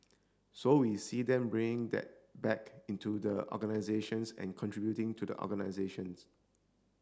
so we see them bringing that back into the organisations and contributing to the organisations